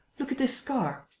look at this scar.